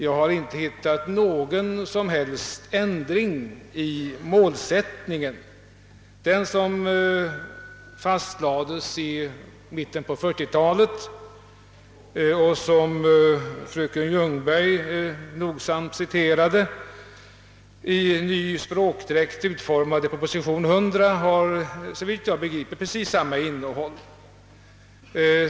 Jag har inte hittat någon som helst ändring av den målsättning som fastlades i mitten på 1940-talet, och som fröken Ljungberg nogsamt citerade, utan den i ny språkdräkt utformade målsättningen i propositionen nr 100 har, såvitt jag förstår, precis samma innebörd.